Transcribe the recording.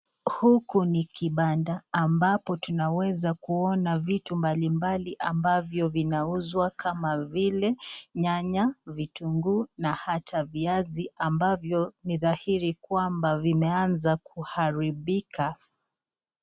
Huku ni kibanda ambapo tunaweza kuona vitu mbali mbali ambavyo vinauzwa kama vile nyanya, vitunguu na hata viazi ambavyo ni dhahiri kwamba vimeanza kuharibika.